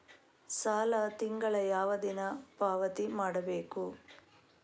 ಸಾಲ ತಿಂಗಳ ಯಾವ ದಿನ ಪಾವತಿ ಮಾಡಬೇಕು?